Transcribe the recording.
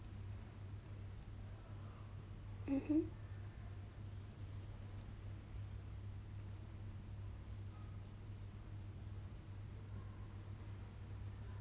mmhmm